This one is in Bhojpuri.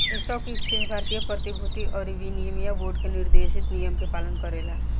स्टॉक एक्सचेंज भारतीय प्रतिभूति अउरी विनिमय बोर्ड के निर्देशित नियम के पालन करेला